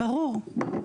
זה ברור.